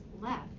left